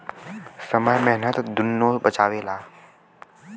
समय मेहनत दुन्नो बचावेला